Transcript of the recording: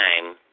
Time